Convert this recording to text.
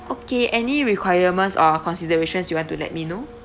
okay any requirements or considerations you have to let me know